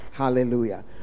hallelujah